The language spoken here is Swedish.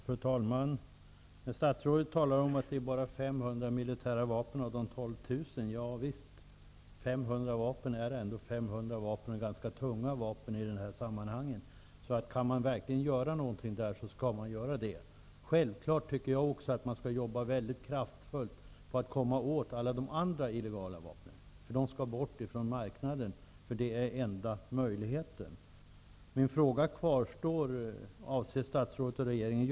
Fru talman! Statsrådet sade att det är bara 500 av de 12 000 vapnen som är militära vapen. Ja visst -- 500 vapen är ändå 500 vapen och i det här sammanhanget ganska tunga vapen. Kan man göra någonting där skall man verkligen göra det. Självfallet tycker jag också att man skall jobba kraftfullt på att komma åt alla de andra illegala vapnen. De skall bort från marknaden. Det är enda möjligheten.